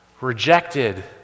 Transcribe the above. rejected